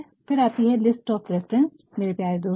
फिर आती है लिस्ट ऑफ़ रेफ़्रेन्स मेरे प्यारे दोस्तों